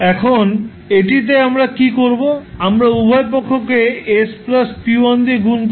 এখন এটিতে আমরা কী করব আমরা উভয় পক্ষকে s p1 দিয়ে গুণ করব